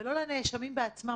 ולא לנאשמים בעצמם,